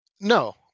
No